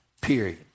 period